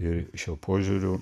ir šiuo požiūriu